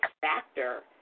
factor